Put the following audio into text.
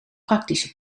praktische